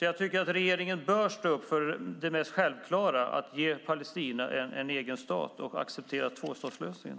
Jag tycker att regeringen bör stå upp för det mest självklara, att ge Palestina en egen stat och acceptera tvåstatslösningen.